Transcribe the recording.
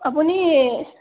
আপুনি